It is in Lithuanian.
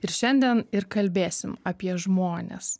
ir šiandien ir kalbėsim apie žmones